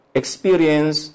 experience